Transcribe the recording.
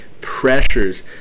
pressures